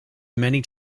many